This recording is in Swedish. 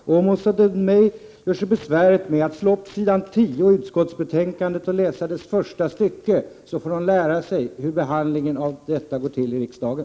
Om Åsa Domeij gör sig besväret att slå upp s. 10i betänkandet och läser första stycket där, får hon lära sig hur sådant här behandlas i riksdagen.